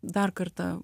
dar kartą